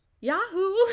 Yahoo